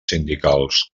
sindicals